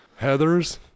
Heathers